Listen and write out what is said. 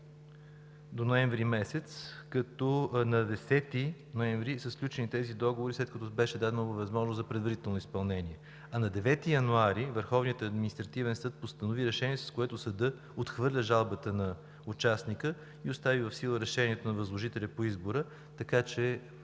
до ноември месец, като на 10 ноември са сключени тези договори, след като беше дадена възможност за предварително изпълнение. На 9 януари Върховният административен съд постанови решение, с което съдът отхвърля жалбата на участника и остави в сила решението на възложителя по избора, така че